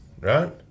right